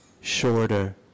shorter